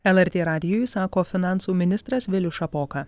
lrt radijui sako finansų ministras vilius šapoka